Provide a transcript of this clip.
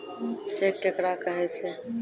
Cheque केकरा कहै छै?